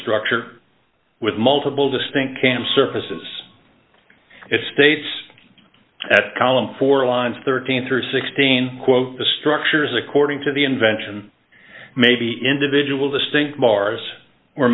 structure with multiple distinct cam surfaces it states that column four lines thirteen through sixteen quote the structures according to the invention may be individual distinct bars or